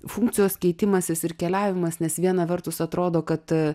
funkcijos keitimasis ir keliavimas nes viena vertus atrodo kad